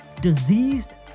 diseased